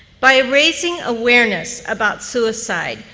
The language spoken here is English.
by raising awareness about suicide,